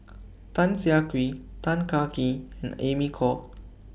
Tan Siah Kwee Tan Kah Kee and Amy Khor